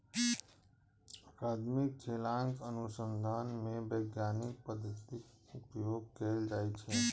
अकादमिक लेखांकन अनुसंधान मे वैज्ञानिक पद्धतिक उपयोग कैल जाइ छै